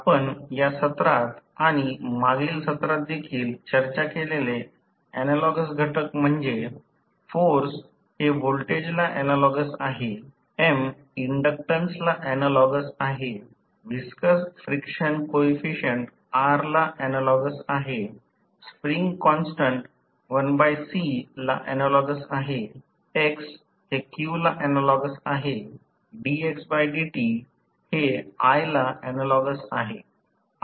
आपण या सत्रात आणि मागील सत्रात देखील चर्चा केलेले ऍनालॉगस घटक म्हणजे फोर्स हे व्होल्टेजला ऍनालॉगस आहे M इन्डक्टन्सला ऍनालॉगस आहे व्हिस्कस फ्रिक्शन कॉइफिसिएंट R ला ऍनालॉगस आहे स्प्रिंग कॉन्स्टन्ट 1 C ला ऍनालॉगस आहे x हे q ला ऍनालॉगस आहे dxdt हे i ला ऍनालॉगस आहे